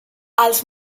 els